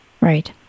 Right